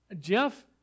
Jeff